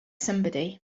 somebody